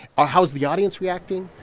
or how's the audience reacting?